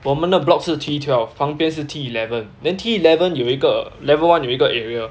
我们的 block 是 T-twelve 旁边是 T-eleven then T-eleven 有一个 level one 有一个 area